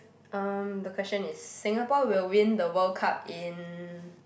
um the question is Singapore will win the World Cup in